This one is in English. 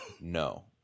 No